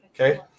Okay